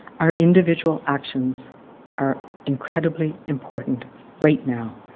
our individual actions are incredibly important right now.